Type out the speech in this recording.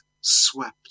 swept